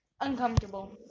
uncomfortable